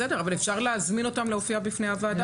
בסדר, אבל אפשר להזמין אותם להופיע בפני הוועדה.